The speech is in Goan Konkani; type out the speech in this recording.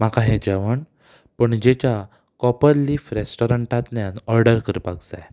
म्हाका हें जेवण पणजेच्या कोपर लीफ रेस्टॉरंटांतल्यान ऑर्डर करपाक जाय